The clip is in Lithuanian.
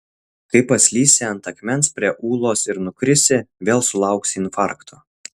kai paslysi ant akmens prie ūlos ir nukrisi vėl sulauksi infarkto